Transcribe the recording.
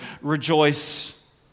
rejoice